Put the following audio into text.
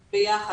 ביחד.